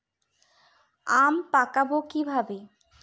আম পাকাবো কিভাবে?